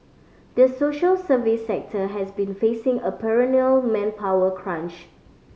the social service sector has been facing a perennial manpower crunch